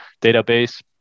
database